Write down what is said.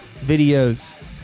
videos